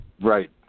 Right